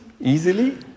easily